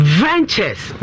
ventures